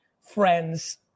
friends